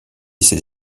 ses